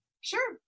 Sure